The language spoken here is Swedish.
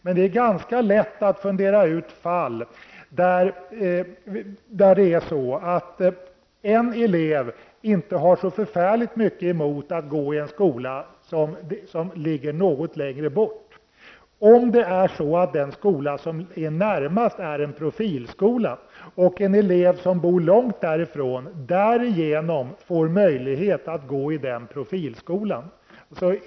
Men det är lätt att fundera ut exempel där en elev inte har så förfärligt mycket emot att gå i en skola som ligger något längre bort, om detta är en profilskola.